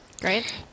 Great